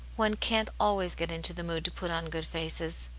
one can't always get into the mood to put on good faces.